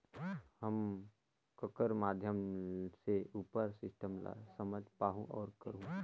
हम ककर माध्यम से उपर सिस्टम ला समझ पाहुं और करहूं?